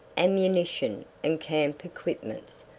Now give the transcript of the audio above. ammunition, and camp equipments,